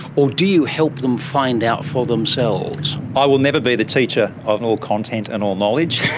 or do you help them find out for themselves? i will never be the teacher of all content and all knowledge,